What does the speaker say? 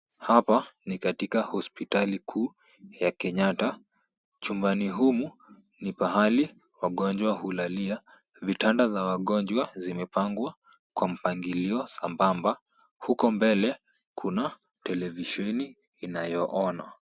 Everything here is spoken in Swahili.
Hapa ni katika hospitali kuu ya Kenyatta. Chumbani humu ni pahali wagonjwa hulalia. Vitanda za wagonjwa zimepangwa kwa mpangilio sambamba. Huko mbele kuna televisheni inayoonwa.